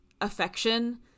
affection